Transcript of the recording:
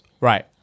Right